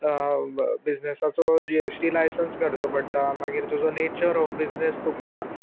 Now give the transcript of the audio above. बिजनसाचो G S T licence काडचो पडटा मागीर तुजो नेचर ऑफ बिजनेस तुमकां